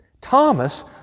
Thomas